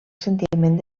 sentiment